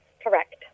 Correct